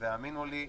תאמינו לי,